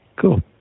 Cool